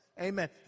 Amen